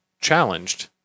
challenged